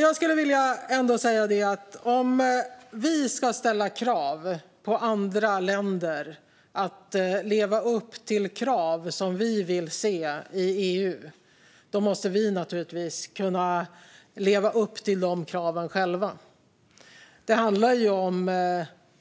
Jag skulle vilja säga att om vi ska kräva av andra länder att de ska leva upp till krav som vi vill se i EU måste vi naturligtvis själva kunna leva upp till de kraven. Det handlar om